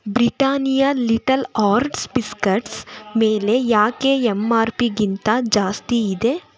Britannia little arts biscuits ಮೇಲೆ ಯಾಕೆ M R ಪಿಗಿಂತ ಜಾಸ್ತಿ ಇದೆ